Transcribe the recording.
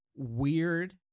weird